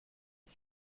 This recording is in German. für